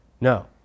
no